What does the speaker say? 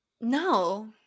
No